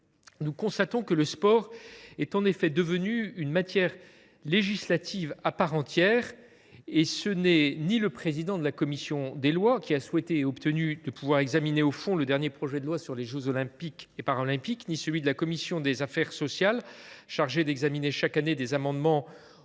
effet constaté que le sport est devenu une matière législative à part entière, et ce n’est ni le président de la commission des lois, qui a souhaité – et obtenu – de pouvoir examiner au fond le dernier projet de loi sur les jeux Olympiques et Paralympiques ni celui de la commission des affaires sociales, chargé d’examiner chaque année des amendements au projet